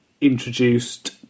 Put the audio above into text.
introduced